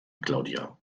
claudia